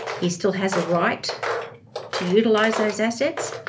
he still has a right to utilise those assets.